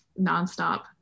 nonstop